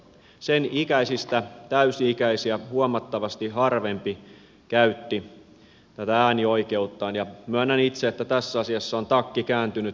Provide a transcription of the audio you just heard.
sen ikäisistä täysi ikäisiä huomattavasti harvempi käytti tätä äänioikeuttaan ja myönnän itse että tässä asiassa on takki kääntynyt